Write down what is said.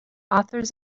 authors